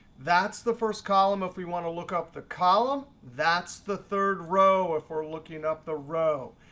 that's the first column. if we want to look up the column, that's the third row if we're looking up the row.